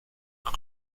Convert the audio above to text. avec